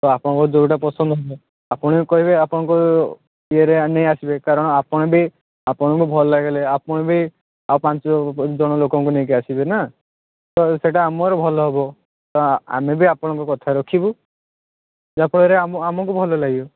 ତ ଆପଣଙ୍କର ଯେଉଁଟା ପସନ୍ଦ ହେବ ଆପଣ ଯଦି କହିବେ ଆପଣଙ୍କ ଇଏରେ ନେଇ ଆସିବେ କାରଣ ଆପଣ ବି ଆପଣଙ୍କୁ ଭଲ ଲାଗିଲେ ଆପଣ ବି ଆଉ ପାଞ୍ଚ ଜଣ ଲୋକଙ୍କୁ ନେଇକି ଆସିବେ ନା ତ ସେଇଟା ଆମର ଭଲ ହେବ ତ ଆମେ ବି ଆପଣଙ୍କ କଥା ରଖିବୁ ଯାହାଫଳରେ ଆମକୁ ଭଲ ଲାଗିବ